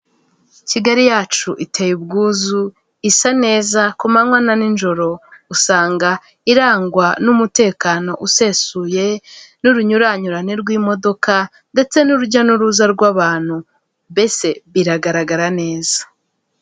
Kigali yacu iteye ubwuzu, isa neza ku manywa na nijoro, usanga irangwa n'umutekano usesuye, n'urunyuranyurane rw'imodoka ndetse n'urujya n'uruza rw'abantu mbese biragaragara neza.